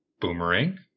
Boomerang